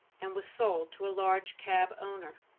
and was sold to a large cab owner.